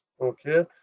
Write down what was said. Okay